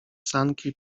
sanki